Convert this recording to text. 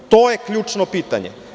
To je ključno pitanje.